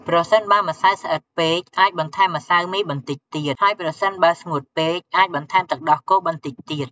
ប្រសិនបើម្សៅស្អិតពេក អាចបន្ថែមម្សៅមីបន្តិចទៀត ហើយប្រសិនបើស្ងួតពេក អាចបន្ថែមទឹកដោះគោបន្តិចទៀត។